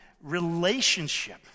relationship